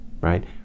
right